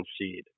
seed